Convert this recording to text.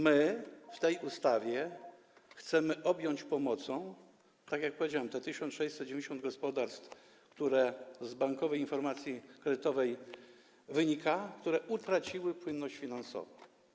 My w tej ustawie chcemy objąć pomocą, tak jak powiedziałem, 1690 gospodarstw, które, jak z bankowej informacji kredytowej wynika, utraciły płynność finansową.